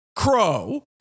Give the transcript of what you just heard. crow